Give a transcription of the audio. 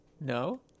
no